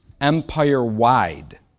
empire-wide